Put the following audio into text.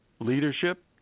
leadership